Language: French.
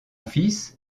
fils